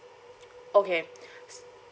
okay